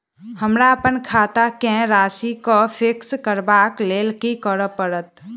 हमरा अप्पन खाता केँ राशि कऽ फिक्स करबाक लेल की करऽ पड़त?